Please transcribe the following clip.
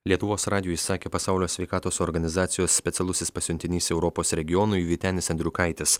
lietuvos radijui sakė pasaulio sveikatos organizacijos specialusis pasiuntinys europos regionui vytenis andriukaitis